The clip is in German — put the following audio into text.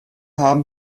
haben